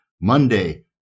Monday